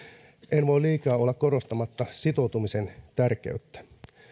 en voi liikaa olla korostamatta sitoutumisen tärkeyttä